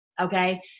okay